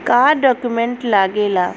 का डॉक्यूमेंट लागेला?